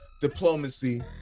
diplomacy